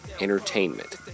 Entertainment